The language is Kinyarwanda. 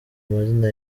amazina